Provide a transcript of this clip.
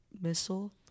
missile